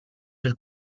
fil